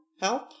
help